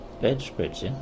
bedspreads